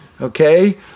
Okay